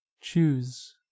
choose